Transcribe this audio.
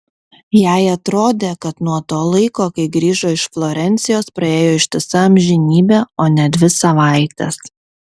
jai atrodė kad nuo to laiko kai grįžo iš florencijos praėjo ištisa amžinybė o ne dvi savaitės